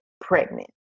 pregnant